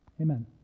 Amen